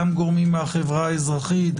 גם גורמים מהחברה האזרחית,